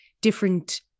different